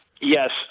Yes